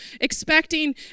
expecting